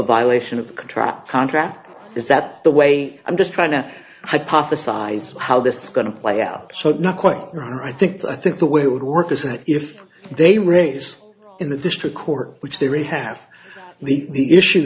violation of contract contract is that the way i'm just trying to hypothesize how this is going to play out so not quite i think i think the way would work this is if they raise in the district court which they really have the issue